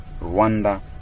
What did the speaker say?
Rwanda